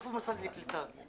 איפה משרד הקליטה?